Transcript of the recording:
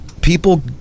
People